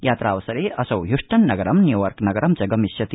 यात्रावसरे असौ ह्य्स्टननगरं न्यूयॉर्कनगरं च गमिष्यति